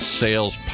sales